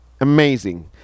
amazing